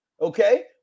okay